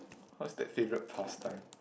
how's that favorite pasttime